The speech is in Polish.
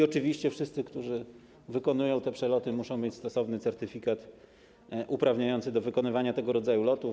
Oczywiście wszyscy, którzy wykonują te przeloty, muszą mieć stosowny certyfikat uprawniający do wykonywania tego rodzaju lotów.